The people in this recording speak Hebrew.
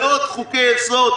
ועוד חוקי-יסוד,